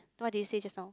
what did you say just now